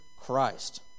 Christ